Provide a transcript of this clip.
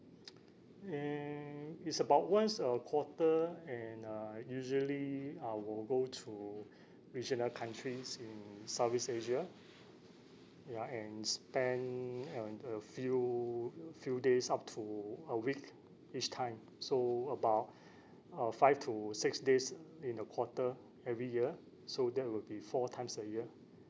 mm it's about once a quarter and uh usually I will go to regional countries in southeast asia ya and spend uh a few few days up to a week each time so about uh five to six days in a quarter every year so that would be four times a year